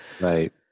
Right